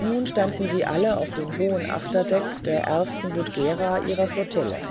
nun standen sie alle auf dem hohen achterdeck der ersten budgera ihrer flottille